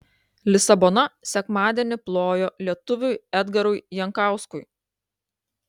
lisabona sekmadienį plojo lietuviui edgarui jankauskui